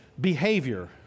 behavior